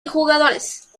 jugadores